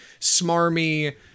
smarmy